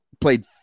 played